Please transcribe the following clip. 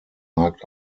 markt